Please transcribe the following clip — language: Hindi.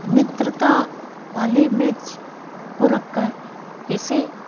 मित्रता वाले मैच को रख कर इसे